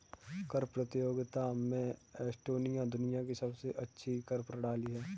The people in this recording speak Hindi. कर प्रतियोगिता में एस्टोनिया दुनिया की सबसे अच्छी कर प्रणाली है